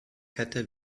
kette